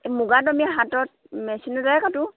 মুগাটো আমি হাতত মেচিনেৰে কাটো